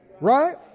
Right